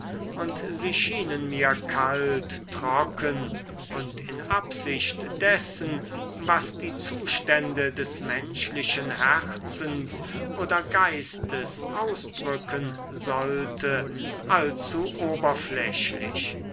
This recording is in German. und sie schienen mir kalt trocken und in absicht dessen was die zustände des menschlichen herzens oder geistes ausdrücken sollte allzu oberflächlich